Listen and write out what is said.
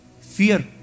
fear